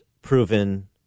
Proven